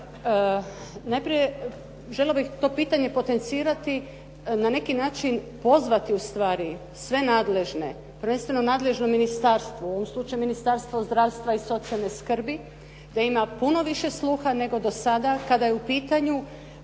nasilja. Najprije željela bih to pitanje potencirati, na neki način pozvati ustvari sve nadležne, prvenstveno nadležno ministarstvo u ovom slučaju Ministarstvo zdravstva i socijalne skrbi da ima puno više sluha nego do sada kada je u pitanju